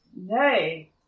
nay